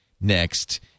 next